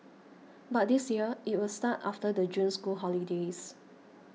but this year it will start after the June school holidays